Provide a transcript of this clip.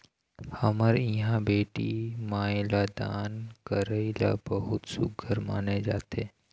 हमर इहाँ बेटी माई ल दान करई ल बहुत सुग्घर माने जाथे